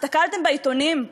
הסתכלתם בעיתונים?